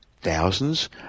Thousands